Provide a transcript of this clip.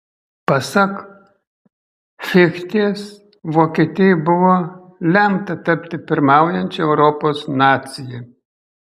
pasak fichtės vokietijai buvo lemta tapti pirmaujančia europos nacija